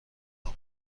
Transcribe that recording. بود